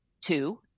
two